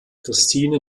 christine